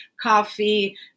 coffee